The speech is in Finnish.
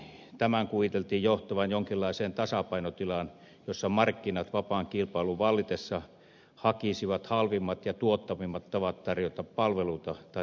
tämän kuviteltiin johtavan jonkinlaiseen tasapainotilaan jossa markkinat vapaan kilpailun vallitessa hakisivat halvimmat ja tuottavimmat tavat tarjota palveluita tai tehdä tavaroita